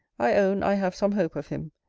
i own i have some hope of him.